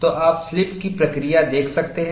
तो आप स्लिप की प्रक्रिया देख सकते हैं